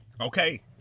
Okay